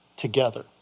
together